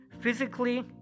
physically